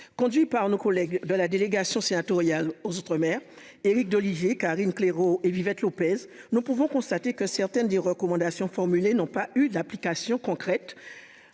conduit par nos collègues de la délégation sénatoriale aux outre-mer Éric d'Olivier Karine Claireaux et vivait tu Lopez nous pouvons constater que certaines des recommandations formulées n'ont pas eu de l'application concrète